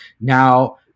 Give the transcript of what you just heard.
now